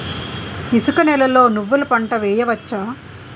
ఇసుక నేలలో నువ్వుల పంట వేయవచ్చా?